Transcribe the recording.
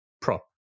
prop